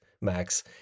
Max